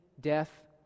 death